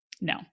No